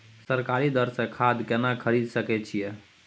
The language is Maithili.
सरकारी दर से खाद केना खरीद सकै छिये?